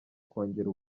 kongera